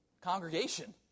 congregation